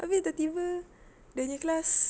abeh tertiba dia nya class